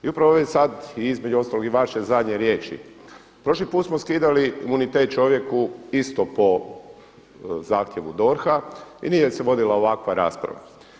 I upravo ovim sad i između ostalog i vaše zadnje riječi, prošli put smo skidali imunitet čovjeku isto po zahtjevu DORH-a i nije se vodila ovakva rasprava.